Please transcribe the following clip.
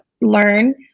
learn